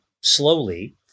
slowly